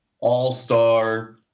all-star